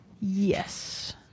Yes